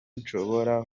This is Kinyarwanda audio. nshobora